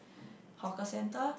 hawker centre